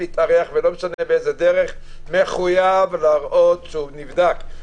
להתארח ולא משנה באיזו דרך - מחויב להראות שהוא נבדק,